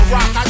Rock